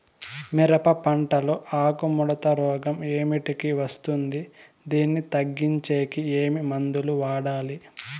మిరప పంట లో ఆకు ముడత రోగం ఏమిటికి వస్తుంది, దీన్ని తగ్గించేకి ఏమి మందులు వాడాలి?